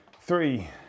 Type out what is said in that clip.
three